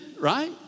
right